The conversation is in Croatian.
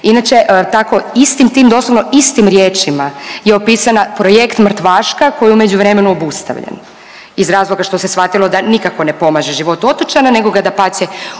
Inače tako, istim tim, doslovno istim riječima je opisana projekt Mrtvaška koji je u međuvremenu obustavljen iz razloga što se shvatilo da nikako ne pomaže životu otočana nego ga dapače